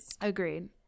Agreed